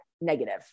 negative